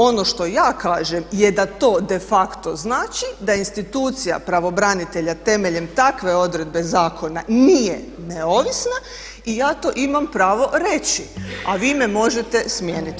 Ono što ja kažem je da to de facto znači da institucija pravobranitelja temeljem takve odredbe zakona nije neovisna i ja to imam pravo reći a vi me možete smijeniti.